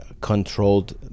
controlled